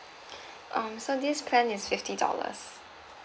um so this plan is fifty dollars